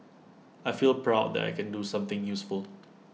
I feel proud that I can do something useful